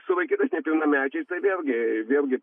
sulaikytais nepilnamečiais tai vėlgi vėlgi